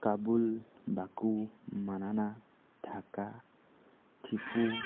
Kabul Baku Manama Dhaka Thimphu